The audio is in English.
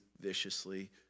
viciously